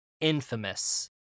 infamous